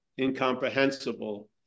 incomprehensible